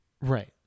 right